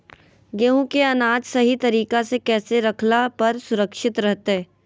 गेहूं के अनाज सही तरीका से कैसे रखला पर सुरक्षित रहतय?